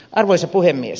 arvoisa puhemies